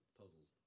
puzzles